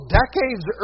decades